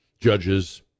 judges